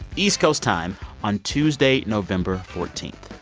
east coast time on tuesday, november fourteen.